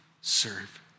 serve